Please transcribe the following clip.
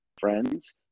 friends